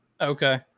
Okay